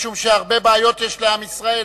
משום שהרבה בעיות יש לעם ישראל,